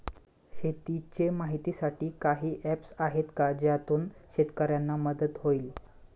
शेतीचे माहितीसाठी काही ऍप्स आहेत का ज्यातून शेतकऱ्यांना मदत होईल?